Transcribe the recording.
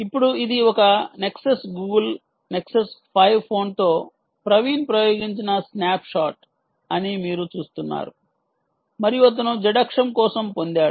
ఇప్పుడు ఇది ఒక నెక్సస్ గూగుల్ నెక్సస్ 5 ఫోన్తో ప్రవీణ్ ప్రయోగించిన స్నాప్షాట్ అని మీరు చూస్తున్నారు మరియు అతను z అక్షం కోసం పొందాడు